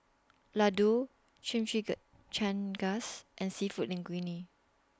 Ladoo and Seafood Linguine